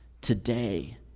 today